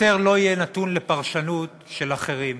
לא יהיה יותר נתון לפרשנות של אחרים.